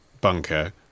Bunker